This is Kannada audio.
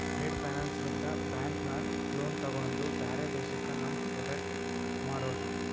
ಟ್ರೇಡ್ ಫೈನಾನ್ಸ್ ಲಿಂತ ಬ್ಯಾಂಕ್ ನಾಗ್ ಲೋನ್ ತೊಗೊಂಡು ಬ್ಯಾರೆ ದೇಶಕ್ಕ ನಮ್ ಪ್ರೋಡಕ್ಟ್ ಮಾರೋದು